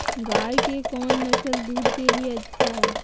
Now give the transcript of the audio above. गाय के कौन नसल दूध के लिए अच्छा है?